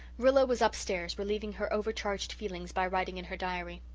rilla was upstairs relieving her over-charged feelings by writing in her diary.